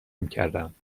میکردند